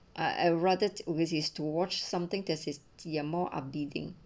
I rather to overseas to watch something that is more abiding